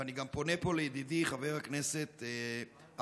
ואני גם פונה פה לידידי חבר הכנסת אייכלר,